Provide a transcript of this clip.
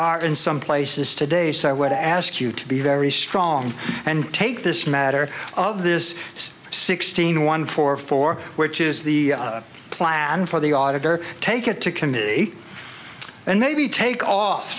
are in some places today so i would ask you to be very strong and take this matter of this is sixteen one four four which is the plan for the auditor take it to committee and maybe take